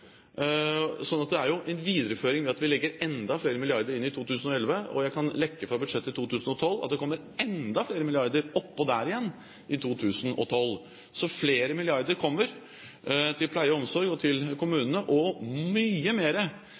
Jeg kan lekke fra budsjettet for 2012; det kommer enda flere milliarder oppå der igjen i 2012. Flere milliarder kommer til pleie og omsorg og til kommunene, mye mer enn da Høyre og